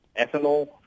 ethanol